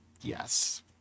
Yes